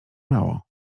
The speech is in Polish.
mało